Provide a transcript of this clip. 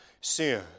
sin